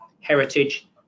heritage